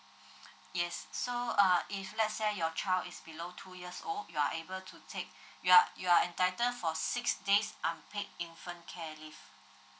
yes so uh if let's say your child is below two years old you are able to take you are you are entitled for six days unpaid infant care leave